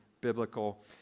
biblical